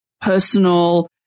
personal